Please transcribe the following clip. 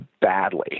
badly